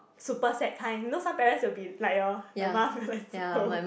super sad kind you know some parents will be like hor the mum will like to